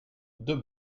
deux